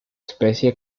especie